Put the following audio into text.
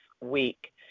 week